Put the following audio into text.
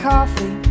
coffee